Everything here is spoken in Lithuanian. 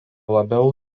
labiau